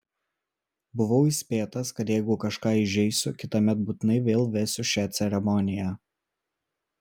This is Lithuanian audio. buvau įspėtas kad jeigu kažką įžeisiu kitąmet būtinai vėl vesiu šią ceremoniją